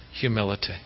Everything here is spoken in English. humility